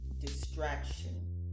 Distraction